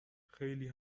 خیلی